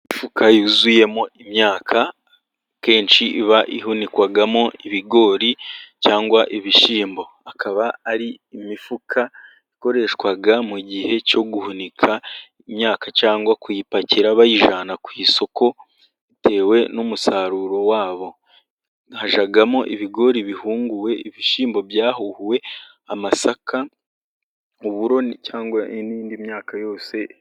Imifuka yuzuyemo imyaka kenshi iba ihunikwamo ibigori cyangwa ibishyimbo, akaba ari imifuka ikoreshwa mu gihe cyo guhunika imyaka cyangwa kuyipakira, bayijyana ku isoko bitewe n'umusaruro wabo, hajyamo ibigori bihunguwe, ibishyimbo byahuwe, amasaka, uburoni cyangwa indi myaka yose.